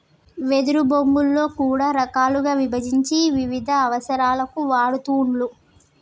వెదురు బొంగులో కూడా రకాలుగా విభజించి వివిధ అవసరాలకు వాడుతూండ్లు